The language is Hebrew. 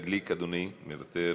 אינה נוכחת, יהודה גליק, אדוני, מוותר,